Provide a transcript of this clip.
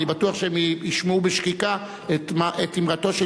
אני בטוח שהם ישמעו בשקיקה את אמרתו של